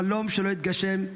חלום שלא התגשם.